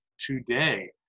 today